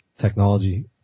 technology